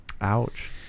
Ouch